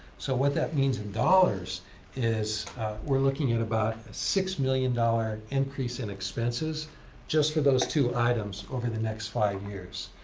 so what that means in dollars is we're looking at about a six million dollars increase in expenses just for those two items over the next five years.